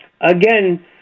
again